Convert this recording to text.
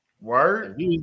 Word